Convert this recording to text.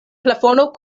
plafono